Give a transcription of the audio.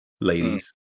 Ladies